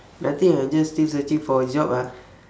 nothing I just still searching for a job ah